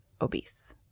obese